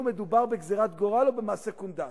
מדובר בגזירת גורל או במעשה קונדס.